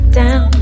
down